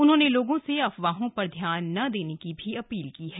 उन्होंने लोगों से अफवाहों पर ध्यान न देने की अपील भी की है